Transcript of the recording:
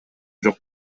жок